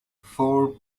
four